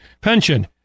pension